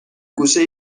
گوشه